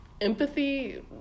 empathy